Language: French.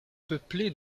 peuplé